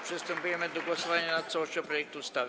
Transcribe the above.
Przystępujemy do głosowania nad całością projektu ustawy.